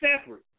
separate